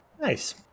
Nice